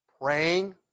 praying